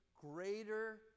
greater